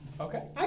Okay